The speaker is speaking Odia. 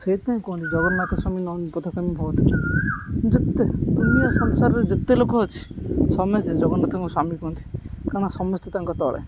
ସେଇଥିପାଇଁ କୁହନ୍ତି ଜଗନ୍ନାଥ ସ୍ୱାମୀ ନୟନ ପଥଗାମୀ ଭବଃତୁମେ ଯେତେ ପୁଣ୍ୟ ସଂସାରରେ ଯେତେ ଲୋକ ଅଛି ସମସ୍ତେ ଜଗନ୍ନାଥଙ୍କୁ ସ୍ୱାମୀ କୁହନ୍ତି କାରଣ ସମସ୍ତେ ତାଙ୍କ ତଳେ